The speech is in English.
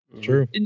True